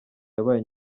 yabaye